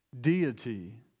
deity